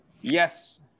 Yes